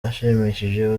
ashimishije